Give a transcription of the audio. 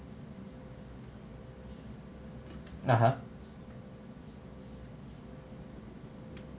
(uh huh)